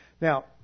Now